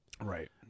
Right